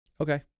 okay